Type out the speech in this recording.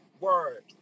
word